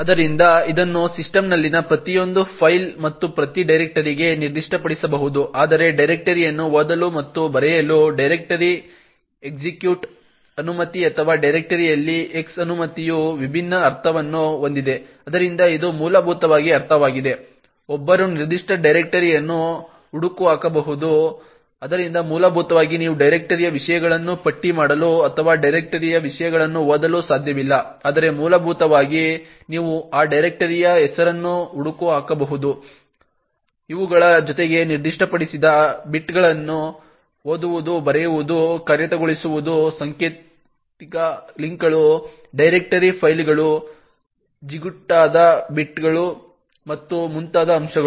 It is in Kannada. ಆದ್ದರಿಂದ ಇದನ್ನು ಸಿಸ್ಟಮ್ನಲ್ಲಿನ ಪ್ರತಿಯೊಂದು ಫೈಲ್ಗೆ ಮತ್ತು ಪ್ರತಿ ಡೈರೆಕ್ಟರಿಗೆ ನಿರ್ದಿಷ್ಟಪಡಿಸಬಹುದು ಆದರೆ ಡೈರೆಕ್ಟರಿಯನ್ನು ಓದಲು ಮತ್ತು ಬರೆಯಲು ಡೈರೆಕ್ಟರಿ ಎಕ್ಸಿಕ್ಯೂಟ್ ಅನುಮತಿ ಅಥವಾ ಡೈರೆಕ್ಟರಿಯಲ್ಲಿ X ಅನುಮತಿಯು ವಿಭಿನ್ನ ಅರ್ಥವನ್ನು ಹೊಂದಿದೆ ಆದ್ದರಿಂದ ಇದು ಮೂಲಭೂತವಾಗಿ ಅರ್ಥವಾಗಿದೆ ಒಬ್ಬರು ನಿರ್ದಿಷ್ಟ ಡೈರೆಕ್ಟರಿಯನ್ನು ಹುಡುಕಬಹುದು ಆದ್ದರಿಂದ ಮೂಲಭೂತವಾಗಿ ನೀವು ಡೈರೆಕ್ಟರಿಯ ವಿಷಯಗಳನ್ನು ಪಟ್ಟಿ ಮಾಡಲು ಅಥವಾ ಡೈರೆಕ್ಟರಿಯ ವಿಷಯಗಳನ್ನು ಓದಲು ಸಾಧ್ಯವಿಲ್ಲ ಆದರೆ ಮೂಲಭೂತವಾಗಿ ನೀವು ಆ ಡೈರೆಕ್ಟರಿಯ ಹೆಸರನ್ನು ಹುಡುಕಬಹುದು ಇವುಗಳ ಜೊತೆಗೆ ನಿರ್ದಿಷ್ಟಪಡಿಸಿದ ಬಿಟ್ಗಳನ್ನು ಓದುವುದು ಬರೆಯುವುದು ಕಾರ್ಯಗತಗೊಳಿಸುವುದು ಸಾಂಕೇತಿಕ ಲಿಂಕ್ಗಳು ಡೈರೆಕ್ಟರಿ ಫೈಲ್ಗಳು ಅಡೆಸ್ಸಿವ್ ಬಿಟ್ಗಳು ಮತ್ತು ಮುಂತಾದ ಅಂಶಗಳು